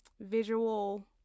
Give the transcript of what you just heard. visual